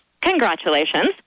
Congratulations